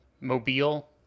mobile